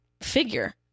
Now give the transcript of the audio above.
figure